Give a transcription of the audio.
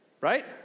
right